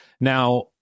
Now